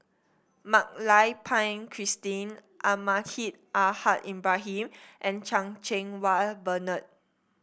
Mak Lai Peng Christine Almahdi Al Haj Ibrahim and Chan Cheng Wah Bernard